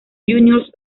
juniors